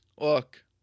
Look